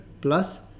plus